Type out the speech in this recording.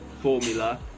formula